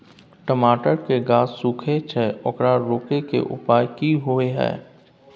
टमाटर के गाछ सूखे छै ओकरा रोके के उपाय कि होय है?